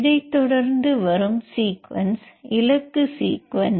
இதை தொடர்ந்து வரும் சீக்வென்ஸ் இலக்கு சீக்வென்ஸ்